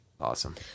Awesome